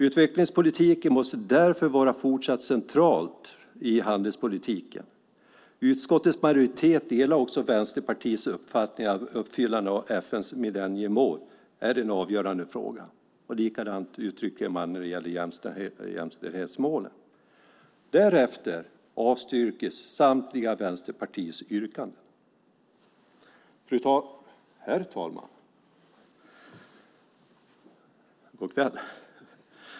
Utvecklingsperspektivet måste därför vara fortsatt centralt i handelspolitiken." Utskottets majoritet delar också Vänsterpartiets uppfattning att uppfyllande av FN:s millenniemål är en avgörande fråga. Likadant uttrycker man sig när det gäller jämställdhetsmålen. Därefter avstyrks samtliga Vänsterpartiets yrkanden. Herr talman!